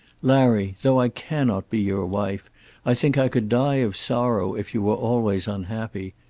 larry, though i cannot be your wife i think i could die of sorrow if you were always unhappy.